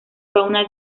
fauna